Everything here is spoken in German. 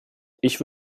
ich